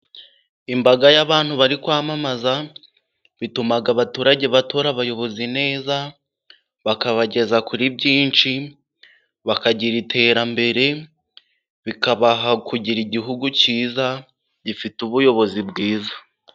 Imbaga y'abantu bari kwamamaza, bituma abaturage batora abayobozi neza bakabageza kuri byinshi, bakagira iterambere, bikabaha kugira igihugu cyiza, gifite ubuyobozi bwiza.